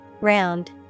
Round